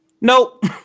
Nope